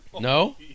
No